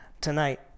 tonight